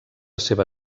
seva